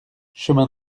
chemin